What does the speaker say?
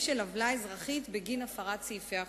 של עוולה אזרחית בגין הפרת סעיפי החוק.